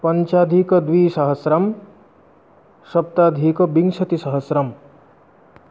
पञ्चाधिकद्विसहस्रं सप्ताधनकविंशतिसहस्रम्